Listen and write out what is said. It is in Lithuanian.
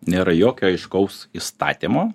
nėra jokio aiškaus įstatymo